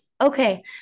Okay